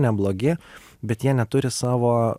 neblogi bet jie neturi savo